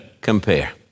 compare